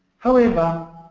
however,